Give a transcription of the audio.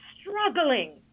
struggling